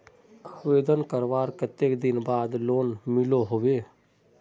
आवेदन करवार कते दिन बाद लोन मिलोहो होबे?